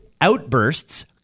Outbursts